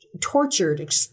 tortured